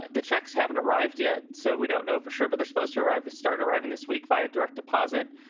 the checks haven't arrived yet, so we don't know for sure. but they're supposed to arrive. they start arriving this week via direct deposit.